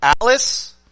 Alice